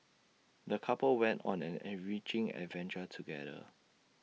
the couple went on an enriching adventure together